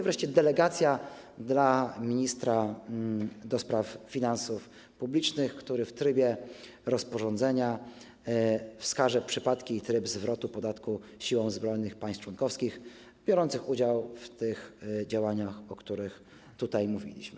Wreszcie delegacja dla ministra do spraw finansów publicznych, który w trybie rozporządzenia wskaże przypadki i tryb zwrotu podatku siłom zbrojnym państw członkowskich biorących udział w tych działaniach, o których tutaj mówiliśmy.